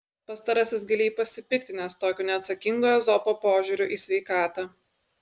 pastarasis giliai pasipiktinęs tokiu neatsakingu ezopo požiūriu į sveikatą